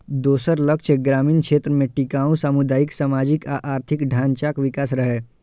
दोसर लक्ष्य ग्रामीण क्षेत्र मे टिकाउ सामुदायिक, सामाजिक आ आर्थिक ढांचाक विकास रहै